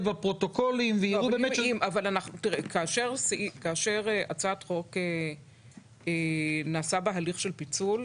בפרוטוקולים ויראו --- כאשר נעשה בהצעת חוק הליך של פיצול,